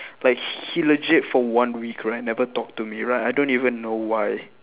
like he he legit for one week right never talk to me like I don't even know why